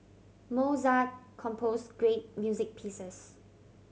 Mozart compose great music pieces